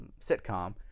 sitcom